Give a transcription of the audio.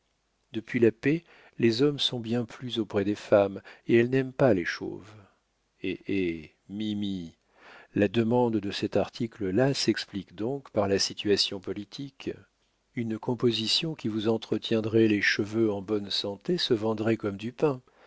depuis la paix les hommes sont bien plus auprès des femmes et elles n'aiment pas les chauves hé hé mimi la demande de cet article là s'explique donc par la situation politique une composition qui vous entretiendrait les cheveux en bonne santé se vendrait comme du pain